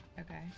Okay